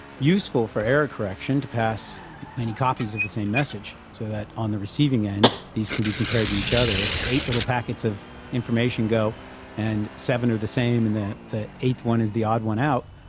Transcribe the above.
useful for error correction to pass many copies of the same message, so that on the receiving end these can be compared to each other. if eight little packets of information go and seven are the same and the the eighth one is the odd one out,